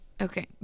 Okay